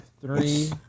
three